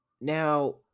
Now